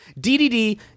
ddd